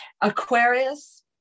Aquarius